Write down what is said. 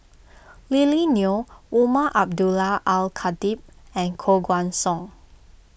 Lily Neo Umar Abdullah Al Khatib and Koh Guan Song